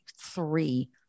three